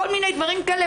כל מיני דברים כאלה,